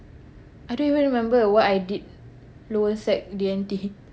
I don't even remember what I did lower sec D_N_T